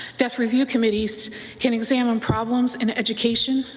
death review committees can exam and problems and education,